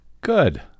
Good